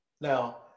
Now